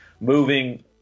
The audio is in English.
moving